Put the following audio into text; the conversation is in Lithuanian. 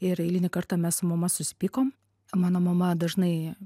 ir eilinį kartą mes su mama susipykom mano mama dažnai